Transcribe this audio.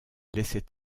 laissait